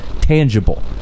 tangible